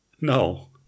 No